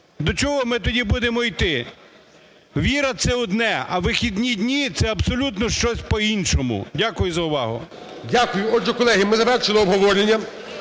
до чого ми тоді будемо йти? Віра – це одне, а вихідні дні – це абсолютно щось по-іншому. Дякую за увагу. ГОЛОВУЮЧИЙ. Дякую. Отже, колеги, ми завершили обговорення.